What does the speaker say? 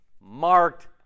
marked